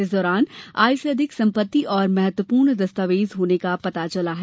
इस दौरान आय से अधिक सम्पत्ति और महत्वपूर्ण दस्तावेज होने का पता चला है